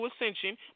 Ascension